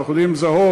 שאנחנו יודעים לזהות,